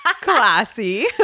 Classy